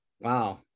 wow